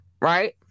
right